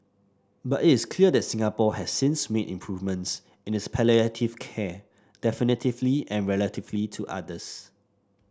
but it is clear that Singapore has since made improvements in its palliative care definitively and relatively to others